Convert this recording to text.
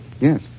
Yes